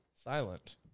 silent